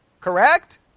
Correct